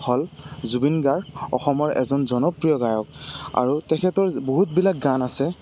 হ'ল জুবিন গাৰ্গ অসমৰ এজন জনপ্ৰিয় গায়ক আৰু তেখেতৰ বহুতবিলাক গান আছে